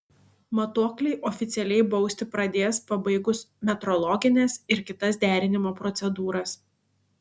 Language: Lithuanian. matuokliai oficialiai bausti pradės pabaigus metrologines ir kitas derinimo procedūras